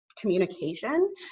communication